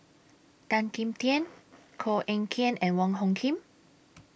Tan Kim Tian Koh Eng Kian and Wong Hung Khim